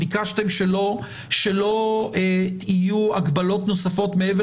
ביקשתם שלא יהיו הגבלות נוספות מעבר